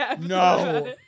No